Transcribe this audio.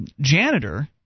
janitor